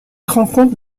rencontre